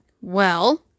Well